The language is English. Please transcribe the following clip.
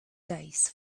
dice